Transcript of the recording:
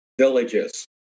villages